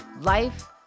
life